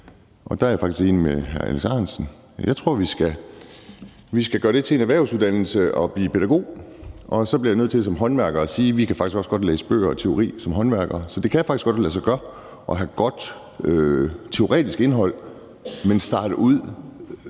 Der er jeg faktisk enig med hr. Alex Ahrendtsen. Jeg tror, at vi skal gøre det til en erhvervsuddannelse at blive pædagog. Og så bliver jeg nødt til som håndværker at sige, at vi faktisk også godt kan læse bøger og teori som håndværkere. Så det kan faktisk godt lade sig gøre at have godt teoretisk indhold, men starte ud